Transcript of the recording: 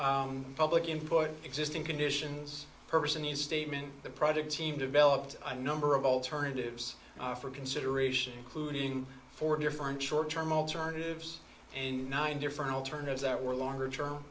on public input existing conditions person the statement the project team developed a number of alternatives for consideration including four different short term alternatives and nine different alternatives that were longer term